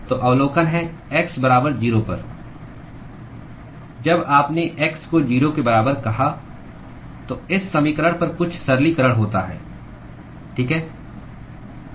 तो अवलोकन है x बराबर 0 पर जब आपने x को 0 के बराबर कहा तो इस समीकरण पर कुछ सरलीकरण होता है ठीक है